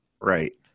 Right